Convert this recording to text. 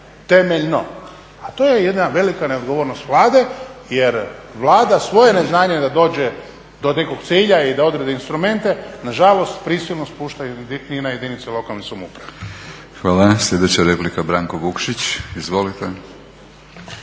samouprave. A to je jedna velika neodgovornost Vlade jer Vlada svoje neznanje da dođe do nekog cilja i da odradi instrumente nažalost prisilno spušta na jedinice lokalne samouprave. **Batinić, Milorad (HNS)** Hvala. Sljedeća replika, Branko Vukšić. Izvolite.